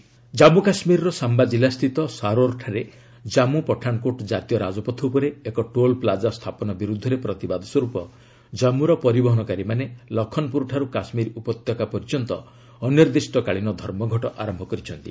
Jammu strike Jammu କାଶ୍ମୀରର ସାମ୍ବା ଜିଲ୍ଲାସ୍ଥିତ ସାରୋର୍ଠାରେ ଜାଞ୍ଚୁ ପଠାନକୋଟ ଜାତୀୟ ରାଜପଥ ଉପରେ ଏକ ଟୋଲ୍ପ୍ଲାଜା ସ୍ଥାପନ ବିରୁଦ୍ଧରେ ପ୍ରତିବାଦ ସ୍ପର୍ପ ଜାମ୍ପର୍ ପରିବହନକାରୀମାନେ ଲଖନପୁରଠାରୁ କାଶ୍ମୀର ଉପତ୍ୟକା ପର୍ଯ୍ୟନ୍ତ ଅନିର୍ଦ୍ଦିଷ୍ଟକାଳୀନ ଧର୍ମଘଟ ଆରମ୍ଭ କରିଛନ୍ତି